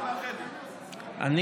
ישבת בחדר.